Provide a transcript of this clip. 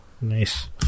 Nice